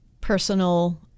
personal